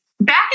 back